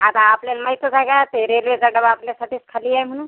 आता आपल्याला माहीतच आहे का ते रेल्वेचा डबा आपल्यासाठीच खाली आहे म्हणून